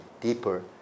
deeper